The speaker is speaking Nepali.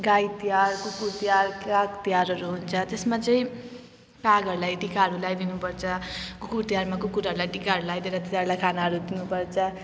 गाई तिहार कुकुर तिहार काग तिहारहरू हुन्छ त्यसमा चाहिँ कागहरूलाई टिकाहरू लाइदिनु पर्छ कुकुर तिहारमा कुकुरहरूलाई टिकाहरू लगाइदिएर तिनीहरूलाई खानाहरू दिनुपर्छ